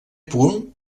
punt